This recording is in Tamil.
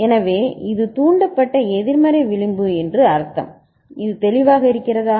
எனவே இது தூண்டப்பட்ட எதிர்மறை விளிம்பு என்று அர்த்தம் இது தெளிவாக இருக்கிறதா